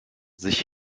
sich